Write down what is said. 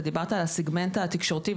אתה דיברת על הסגמנט התקשורתי,